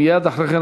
מייד אחרי כן,